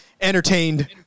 entertained